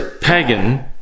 pagan